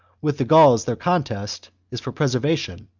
with the gauls their contest is for preservation,